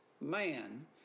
man